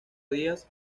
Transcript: días